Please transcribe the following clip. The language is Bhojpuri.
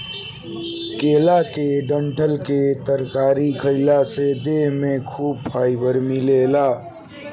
केला के डंठल के तरकारी खइला पर देह में खूब फाइबर मिलेला